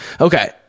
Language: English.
okay